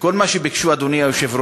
וכל מה שביקשו, אדוני היושב-ראש,